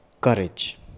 courage